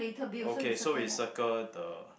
okay so we circle the